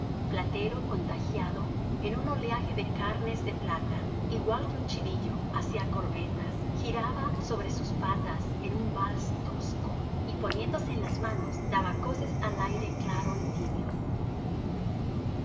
platero contagiado en un oleaje de carnes de plata igual que un chivillo hacía corvetas giraba sobre sus patas en un vals tosco y poniéndose en las manos daba coces al aire claro y tibio xii